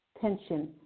tension